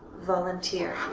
volunteer.